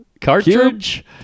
cartridge